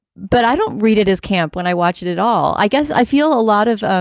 but i don't read it as camp. when i watch it at all, i guess i feel a lot of of